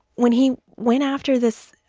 when he went after this